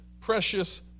precious